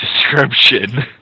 description